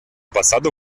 pasado